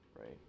Right